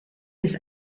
ist